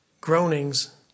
groanings